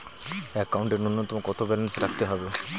একাউন্টে নূন্যতম কত ব্যালেন্স রাখতে হবে?